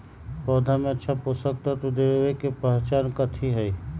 पौधा में अच्छा पोषक तत्व देवे के पहचान कथी हई?